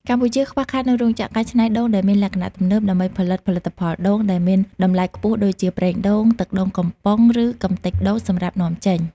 កម្ពុជាខ្វះខាតនូវរោងចក្រកែច្នៃដូងដែលមានលក្ខណៈទំនើប ដើម្បីផលិតផលិតផលដូងដែលមានតម្លៃខ្ពស់ដូចជា ប្រេងដូង ទឹកដូងកំប៉ុង ឬកម្ទេចដូងសម្រាប់នាំចេញ។